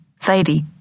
Thady